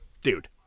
Dude